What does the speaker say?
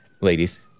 Ladies